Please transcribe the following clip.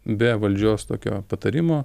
be valdžios tokio patarimo